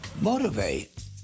motivate